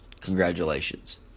congratulations